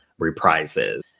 reprises